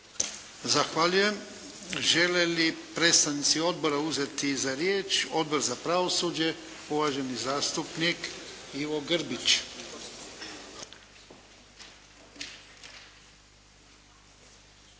Zahvaljujem. Žele li predstavnici odbora uzeti za riječ? Odbor za pravosuđe? Uvaženi zastupnik Ivo Grbić.